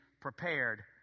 prepared